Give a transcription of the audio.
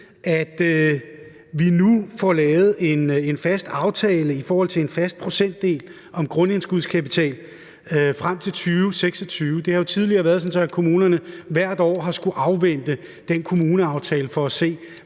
at vi nu får lavet en fast aftale i forhold til en fast procentdel om grundindskudskapital frem til 2026. Det har jo tidligere været sådan, at kommunerne hvert år har har skullet afvente den kommuneaftale for at se,